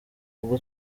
ubwo